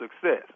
success